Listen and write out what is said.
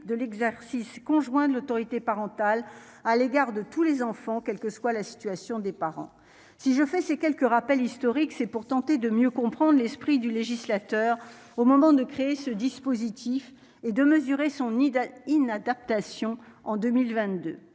de l'exercice conjoint de l'autorité parentale à l'égard de tous les enfants quelle que soit la situation des parents si je fais ces quelques rappels historiques, c'est pour tenter de mieux comprendre l'esprit du législateur au moment de créer ce dispositif est de mesurer son idée inadaptation en 2022,